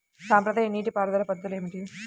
సాంప్రదాయ నీటి పారుదల పద్ధతులు ఏమిటి?